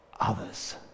others